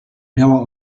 miała